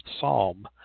Psalm